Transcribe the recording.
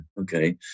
okay